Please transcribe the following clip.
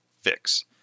fix